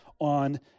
on